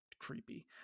creepy